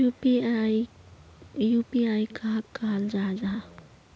UPI कहाक कहाल जाहा जाहा?